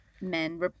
men